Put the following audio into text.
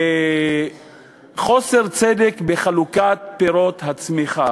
חוסר צדק בחלוקת פירות הצמיחה,